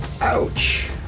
Ouch